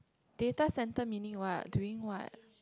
data centre meaning what doing what